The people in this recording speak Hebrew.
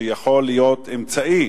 שיכול להיות האמצעי